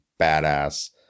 badass